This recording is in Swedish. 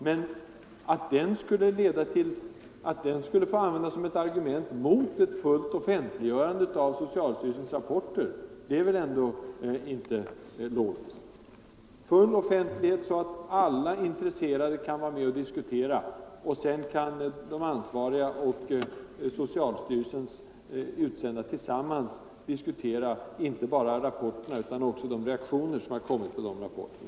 Men att den skulle få användas som ett argument mot ett fullt offentliggörande av socialstyrelsens rapporter är väl ändå inte logiskt. Nej, det skall vara full offentlighet, så att alla intresserade kan vara med och säga sin mening, och sedan kan de ansvariga och socialstyrelsens utsända tillsammans diskutera inte bara rapporterna utan också de reaktioner som har kommit på dessa rapporter.